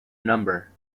number